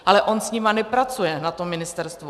Ale on s nimi nepracuje na tom ministerstvu.